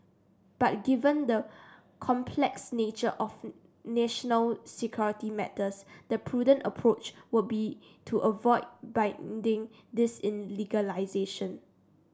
but given the complex nature of national security matters the prudent approach would be to avoid binding this in legislation